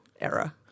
era